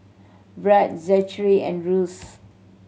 Bright Zachery and Russ